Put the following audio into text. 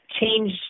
change